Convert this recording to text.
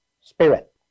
spirit